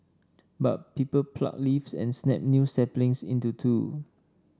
but people pluck leaves and snap new saplings into two